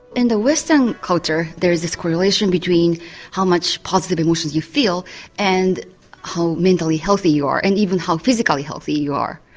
in the western culture there is this correlation between how much positive emotion you feel and how mentally healthy you are, and even how physically healthy you are.